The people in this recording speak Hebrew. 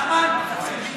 נחמן, אתה צדיק.